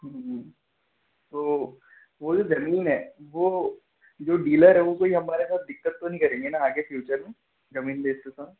तो वो जो जमीन है वो जो डीलर है वो कोई हमारे साथ दिक्कत तो नहीं करेंगे ना आगे फ्यूचर में जमीन बेचते समय